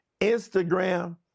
Instagram